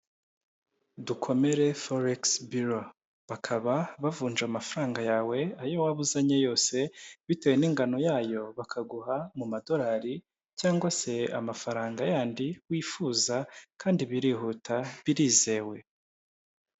Dukomere folegisi biro bakaba bavunja amafaranga yawe ayo waba uzanye yose bitewe n'ingano yayo, bakaguha mu madolari cyangwa se amafaranga y'andi wifuza kandi birihuta birizewe.